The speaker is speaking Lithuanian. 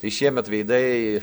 tai šiemet veidai